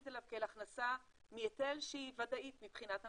אליו כאל הכנסה מהיטל שהיא ודאית מבחינת המדינה.